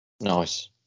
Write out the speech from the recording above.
Nice